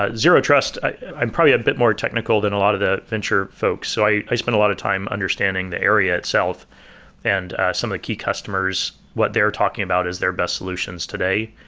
zero-trust i'm probably a bit more technical than a lot of the venture folks. so i i spend a lot of time understanding the area itself and some of the key customers, what they're talking about is their best solutions today.